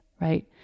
right